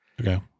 Okay